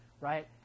right